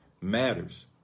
matters